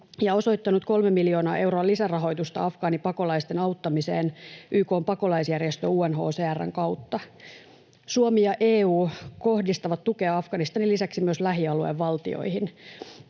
ja osoittanut 3 miljoonaa euroa lisärahoitusta afgaanipakolaisten auttamiseen YK:n pakolaisjärjestö UNHCR:n kautta. Suomi ja EU kohdistavat tukea Afganistanin lisäksi myös lähialueen valtioihin.